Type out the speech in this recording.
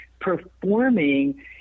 performing